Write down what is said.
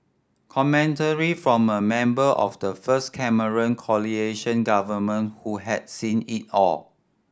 commentary from a member of the first Cameron government who had seen it all